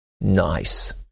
Nice